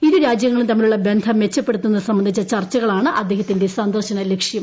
ഇരു രാജ്യങ്ങളും തമ്മിലുളള ബന്ധം മെച്ചപ്പെടുത്തുന്നത് സംബന്ധിച്ച ചർച്ചകളാണ് അദ്ദേഹത്തിന്റെ സന്ദർശന ലക്ഷ്യം